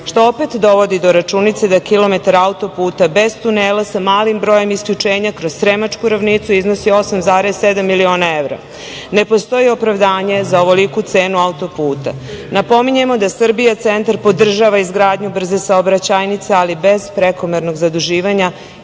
što opet dovodi do računice da km auto puta bez tunela sa malim brojem isključenja kroz Sremačku ravnicu iznosi 8,7 miliona evra. Ne postoji opravdanje za ovoliku cenu auto puta. Napominjem da Srbija centar podržava izgradnju brze saobraćajnica, ali bez prekomernog zaduživanja